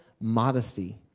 modesty